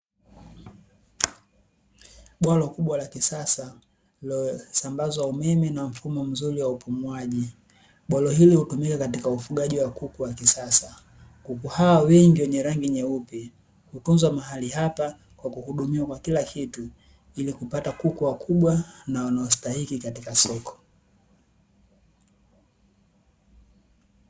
Bwalo kubwa la kisasa lililosambazwa umeme na mfumo mzuri wa upumuaji, bwalo hilo hutumika katika ufugaji wa kuku wa kisasa. Kuku hawa wengi wenye rangi nyeupe, hutunzwa mahali hapa kwa kuhudumiwa kwa kila kitu, ili kupata kuku wakubwa na wanaostahiki katika soko.